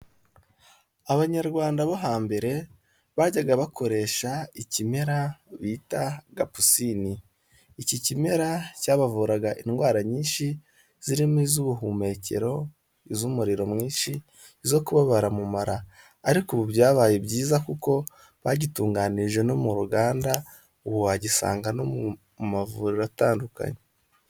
Abanyarwanda bo hambere bajyaga bakoresha ikimera bita gapusini, iki kimera cyabavuraga indwara nyinshi zirimo iz'ubuhumekero, iz'umuriro mwinshi, izo kubabara mu mara ariko ubu byabaye byiza kuko bagitunganije no mu ruganda, ubu wagisanga no mu mavuriro atandukanye.